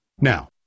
Now